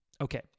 Okay